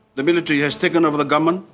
the military has taken over the government,